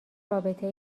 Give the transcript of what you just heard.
رابطه